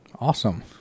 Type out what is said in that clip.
Awesome